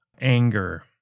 anger